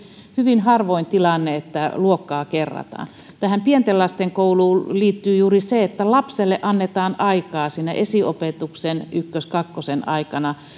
hyvin harvoin tilanne että luokkaa kerrataan tähän pienten lasten kouluun liittyy juuri se että lapselle annetaan aikaa siinä esiopetuksen ykkösen kakkosen aikana